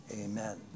Amen